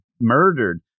murdered